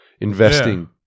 investing